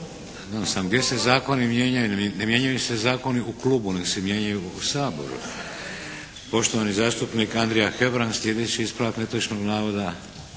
gdje se zakoni mijenjaju. Ne mijenjaju se zakoni u klubu, nego se mijenjaju u Saboru. Poštovani zastupnik Andrija Hebrang slijedeći ispravak netočnog navoda.